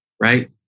right